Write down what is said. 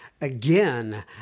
Again